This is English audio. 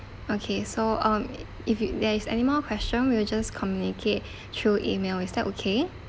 okay so um if you there is any more question we'll just communicate through email is that okay